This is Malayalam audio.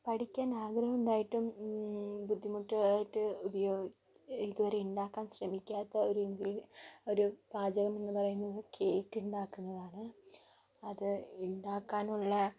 പഠിക്കാൻ ആഗ്രഹമുണ്ടായിട്ടും ബുദ്ധിമുട്ടായിട്ട് ഇതുവരെ ഉണ്ടാക്കാൻ ശ്രമിക്കാത്ത ഒരു ഒരു പാചകം എന്നുപറയുന്നത് കേക്ക് ഉണ്ടാക്കുന്നത് ആണ് അത് ഇണ്ടാക്കാനുള്ള